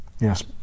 Yes